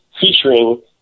featuring